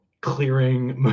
clearing